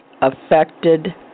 affected